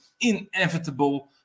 inevitable